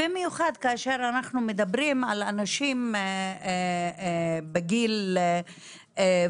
במיוחד כאשר אנחנו מדברים על אנשים בגיל ובמצב